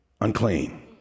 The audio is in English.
unclean